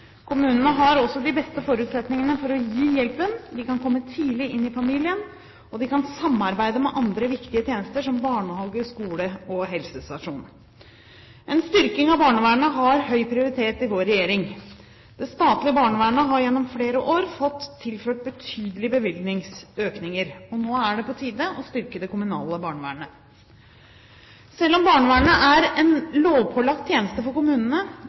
Kommunene har også de beste forutsetningene for å gi hjelpen – de kan komme tidlig inn i familien, og de kan samarbeide med andre viktige tjenester som barnehage, skole og helsestasjon. En styrking av barnevernet har høy prioritet i vår regjering. Det statlige barnevernet har gjennom flere år fått tilført betydelige bevilgningsøkninger. Nå er det på tide å styrke det kommunale barnevernet. Selv om barnevernet er en lovpålagt tjeneste for kommunene